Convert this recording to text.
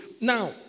Now